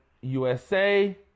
USA